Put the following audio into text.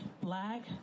black